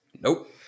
Nope